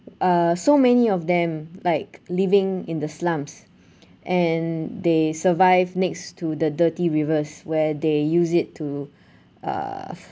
uh so many of them like living in the slums and they survive next to the dirty rivers where they use it to uh